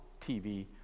TV